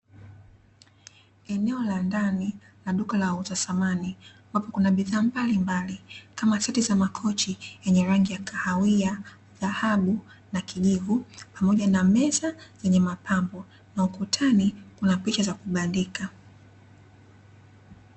Eneo la ndani la duka la wauza samani ambapo Kuna bidhaa mbalimbali kama seti za makochi zenye rangi ya kahawia, dhahabu na kijivu pamoja na meza zenye mapambo na ukutani Kuna picha za kubandika.